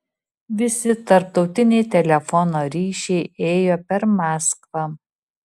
visi tarptautiniai telefono ryšiai ėjo per maskvą